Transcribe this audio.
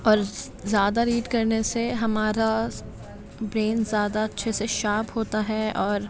اور زیادہ ریڈ کرنے سے ہمارا برین زیادہ اچھے سے شارپ پوتا ہے اور